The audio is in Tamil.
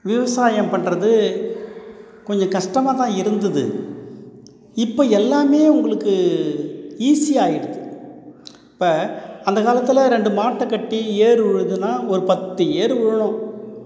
விவசாயம் பண்ணுறது கொஞ்சம் கஷ்டமாதான் இருந்துது இப்ப எல்லாமே உங்களுக்கு ஈஸியாயிடுது இப்போ அந்த காலத்தில் ரெண்டு மாட்டை கட்டி ஏர் உழுதுனா ஒரு பத்து ஏர் உழுணும்